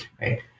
right